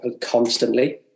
constantly